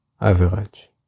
average